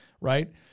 right